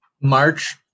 March